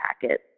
packet